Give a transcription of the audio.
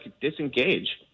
disengage